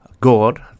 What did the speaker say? God